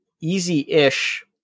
easy-ish